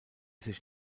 sich